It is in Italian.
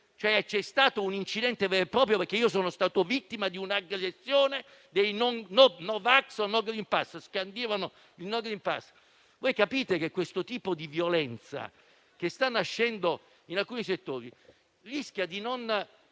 C'è stato un incidente vero e proprio perché io sono stato vittima di un'aggressione dei no vax o, come scandivano, no *green pass*. Capite che questo tipo di violenza che sta nascendo in alcuni settori rischia di non